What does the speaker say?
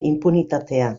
inpunitatea